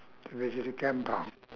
visit a kampung